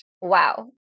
Wow